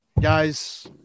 Guys